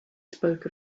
spoke